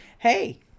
Hey